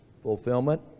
fulfillment